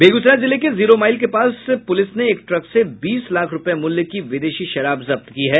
बेगूसराय जिले के zero mile के पास प्रलिस ने एक ट्रक से बीस लाख रूपये मूल्य की विदेशी शराब जब्त की है